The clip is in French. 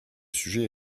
sujet